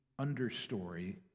understory